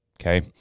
Okay